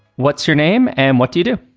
what's your name and what do you do?